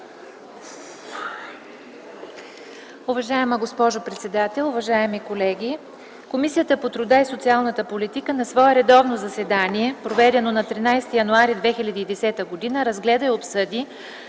Уважаема госпожо председател, уважаеми колеги! „Комисията по труда и социалната политика на свое редовно заседание, проведено на 13 януари 2010 г., разгледа и обсъди